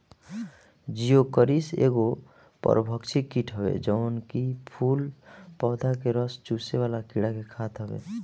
Geocoris एगो परभक्षी कीट हवे जवन की फूल पौधा के रस चुसेवाला कीड़ा के खात हवे